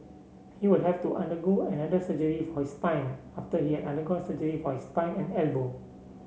he will have to undergo another surgery for his spine after he had undergone surgery for his spine and elbow